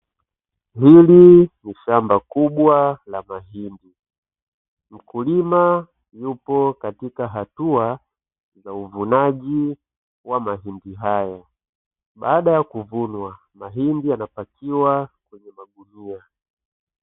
Hili ni shamba kubwa la mahindi. Mkulima yupo katika hatua za uvunaji wa mahindi hayo. Baada ya kuvunwa mahindi yanapakiwa kwenye magunia.